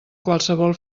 qualsevol